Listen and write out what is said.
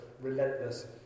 relentless